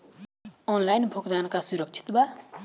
Online भुगतान का सुरक्षित बा?